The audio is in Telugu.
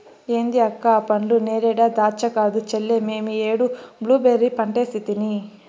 ఏంది అక్క ఆ పండ్లు నేరేడా దాచ్చా కాదు చెల్లే మేమీ ఏడు బ్లూబెర్రీ పంటేసితిని